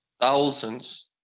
thousands